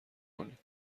کنید